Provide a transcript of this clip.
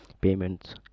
payments